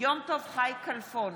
יום טוב חי כלפון,